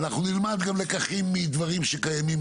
אנחנו נלמד גם לקחים מדברים שקיימים